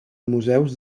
museus